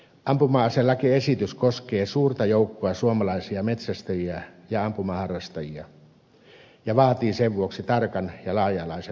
ampuma aselakiesitys koskee suurta joukkoa suomalaisia metsästäjiä ja ampumaharrastajia ja vaatii sen vuoksi tarkan ja laaja alaisen valmistelun